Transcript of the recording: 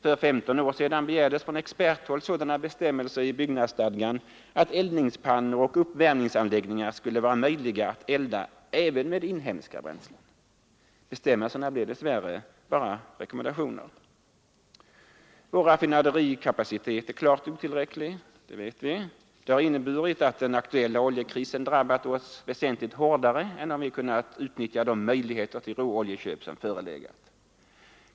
För 15 år sedan begärdes från experthåll sådana bestämmelser i byggnadsstadgan att eldningspannor och uppvärmningsanläggningar skulle vara möjliga att elda även med inhemska bränslen. Bestämmelserna blev dess värre bara rekommendationer. Vår raffinaderikapacitet är klart otillräcklig. Det har inneburit att den aktuella oljekrisen drabbat oss väsentligt hårdare än om vi hade kunnat utnyttja de möjligheter till råoljeköp som förelegat.